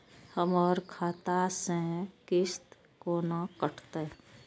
हमर खाता से किस्त कोना कटतै?